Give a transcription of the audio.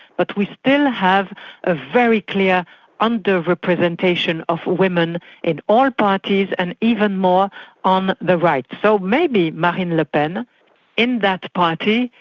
but we still have a very clear under-representation of women in all parties and even more on the right. so maybe marine le pen in that party,